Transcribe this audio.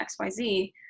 XYZ